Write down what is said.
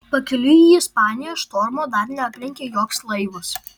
pakeliui į ispaniją štormo dar neaplenkė joks laivas